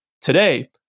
Today